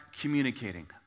communicating